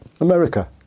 America